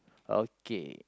okay